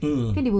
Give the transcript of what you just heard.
ah